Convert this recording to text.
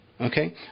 Okay